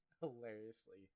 hilariously